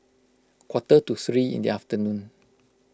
quarter to three in the afternoon